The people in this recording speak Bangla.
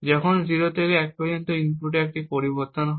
যখন 0 থেকে 1 পর্যন্ত ইনপুটে একটি পরিবর্তন হয়